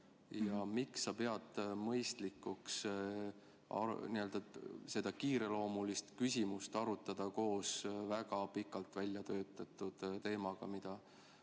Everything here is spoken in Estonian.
miks sa pead mõistlikuks seda kiireloomulist küsimust arutada koos väga pikalt välja töötatud teemaga, mida